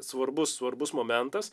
svarbus svarbus momentas